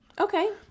Okay